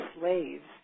slaves